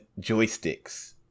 joysticks